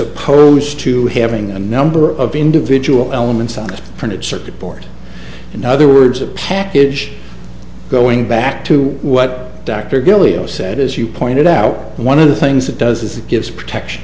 opposed to having a number of individual elements on the printed circuit board in other words a package going back to what dr gilleo said as you pointed out one of the things it does is it gives protection